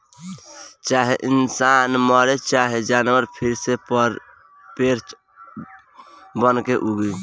चाहे इंसान मरे चाहे जानवर फिर से पेड़ बनके उगी